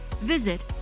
visit